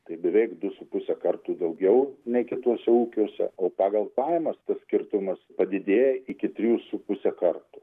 tai beveik du su puse kartų daugiau nei kituose ūkiuose o pagal pajamas tas skirtumas padidėjo iki trijų su puse karto